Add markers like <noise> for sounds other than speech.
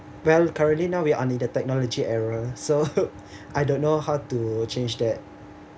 well currently now we are in a technology era <laughs> so I don't know how to change that